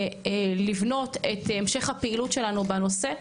לבנות את המשך הפעילות שלנו בנושא,